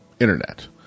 internet